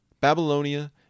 Babylonia